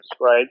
right